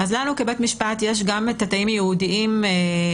לנו, כבית משפט, יש גם את התאים הייעודיים בסמוך